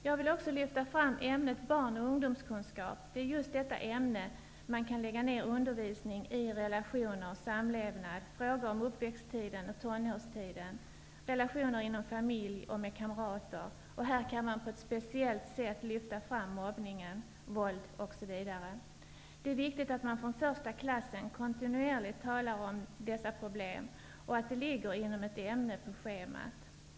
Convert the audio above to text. Jag vill också lyfta fram ämnet barn och ungdomskunskap. Det är just i detta ämne man kan undervisa i relationer, samlevnad, frågor om uppväxttiden och tonårstiden, relationer inom familjen och med kamrater. Här kan man på ett speciellt sätt lyfta fram mobbningen, våld, osv. Det är viktigt att man från första klassen kontinuerligt talar om dessa problem och att det ligger inom ett ämne på schemat.